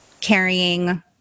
carrying